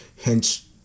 hence